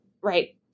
right